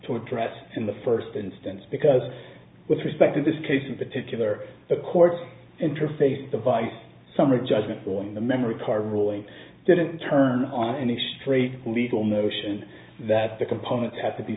to address in the first instance because with respect to this case in particular the court interface device summary judgment or in the memory card ruling didn't turn on any street legal notion that the components had to be